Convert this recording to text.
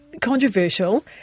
controversial